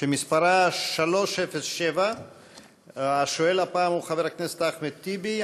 שמספרה 307. השואל הפעם הוא חבר הכנסת אחמד טיבי.